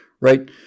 right